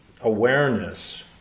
awareness